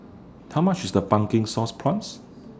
How much IS The Pumpkin Sauce Prawns